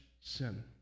sin